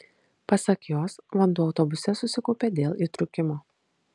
pasak jos vanduo autobuse susikaupė dėl įtrūkimo